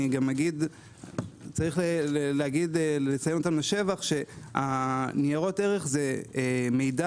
יש לציין אותם לשבח שניירות ערך זה מידע